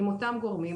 עם אותם גורמים,